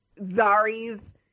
Zari's